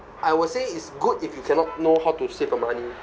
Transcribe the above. I will say is good if you cannot know how to save your money